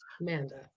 Amanda